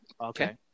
Okay